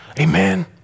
Amen